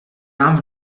nám